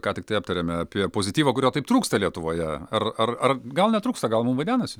ką tiktai aptarėme apie pozityvą kurio taip trūksta lietuvoje ar ar ar gal netrūksta gal mum vaidenasi